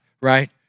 right